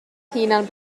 hunan